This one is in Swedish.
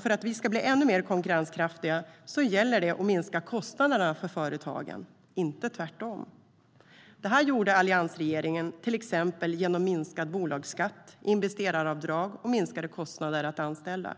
För att vi ska bli ännu mer konkurrenskraftiga gäller det att minska kostnaderna för företagen - inte tvärtom. Det gjorde alliansregeringen till exempel genom minskad bolagsskatt, investeraravdrag och minskade kostnader för att anställa.